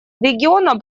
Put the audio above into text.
региона